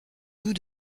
doux